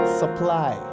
supply